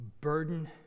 burden